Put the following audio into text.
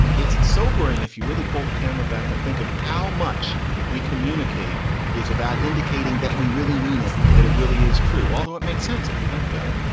it's sobering if you really pull the camera back and think of how much we communicate is about indicating that we really mean it, that it really is true, although it makes sense if you think about it.